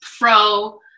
pro